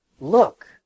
Look